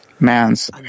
Man's